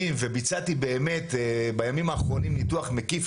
וביצעתי באמת בימים האחרונים ניתוח מקיף,